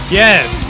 yes